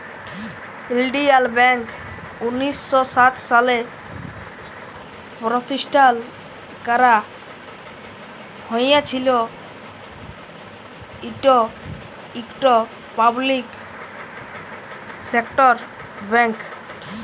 ইলডিয়াল ব্যাংক উনিশ শ সাত সালে পরতিষ্ঠাল ক্যারা হঁইয়েছিল, ইট ইকট পাবলিক সেক্টর ব্যাংক